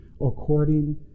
according